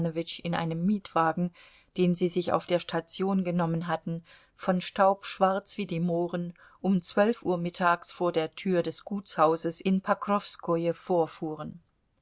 in einem mietwagen den sie sich auf der station genommen hatten von staub schwarz wie die mohren um zwölf uhr mittags vor der tür des gutshauses in pokrowskoje vorfuhren